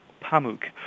Pamuk